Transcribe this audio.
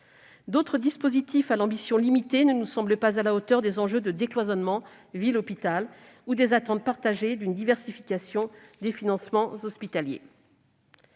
D'autres dispositifs à l'ambition limitée ne sont pas non plus à la hauteur des enjeux de décloisonnement entre la médecine de ville et l'hôpital ou des attentes partagées d'une diversification des financements hospitaliers.